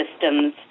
systems